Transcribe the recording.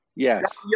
Yes